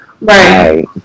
right